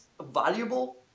valuable